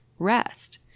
Rest